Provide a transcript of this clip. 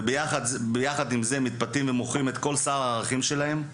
ויחד עם זאת גם מתפתים ומוכרים את כל סל הערכים שלהם,